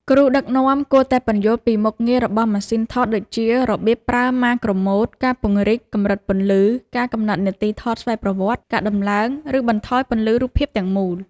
គ្រូដឹកនាំគួរតែពន្យល់ពីមុខងាររបស់ម៉ាសុីនថតដូចជា របៀបប្រើម៉ាក្រូម៉ូដ ការពង្រីក កម្រិតពន្លឺ ការកំណត់នាទីថតស្វ័យប្រវត្តិ ការដំឡើង ឬបន្ថយពន្លឺរូបភាពទាំងមូល។